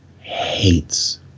hates